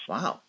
Wow